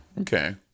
Okay